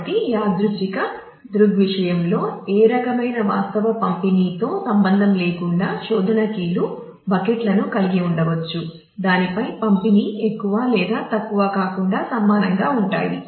కాబట్టి యాదృచ్ఛిక దృగ్విషయంలో ఏ రకమైన వాస్తవ పంపిణీతో సంబంధం లేకుండా శోధన కీలు బకెట్లను కలిగి ఉండవచ్చు దానిపై పంపిణీ ఎక్కువ లేదా తక్కువ కాకుండా సమానంగా ఉంటాయి